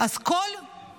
אז כל אזרח